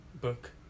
book